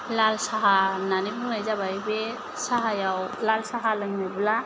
लाल साहा होननानै बुंनाय जाबाय बे साहायाव लाल साहा लोंनोब्ला